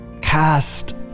Cast